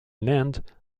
land